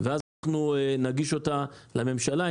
ואז אנחנו נגיש אותה לממשלה.